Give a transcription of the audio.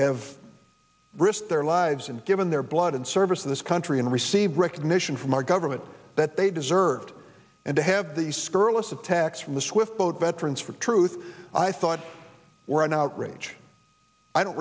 have risked their lives and given their blood in service to this country and receive recognition from our government that they deserved and to have the scurrilous attacks from the swift boat veterans for truth i thought were an outrage i don't